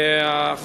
מה אתם?